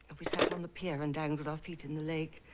and we sat on the pier and dangled our feet in the lake.